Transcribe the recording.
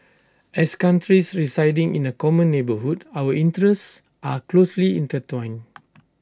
as countries residing in A common neighbourhood our interests are closely intertwined